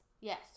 Yes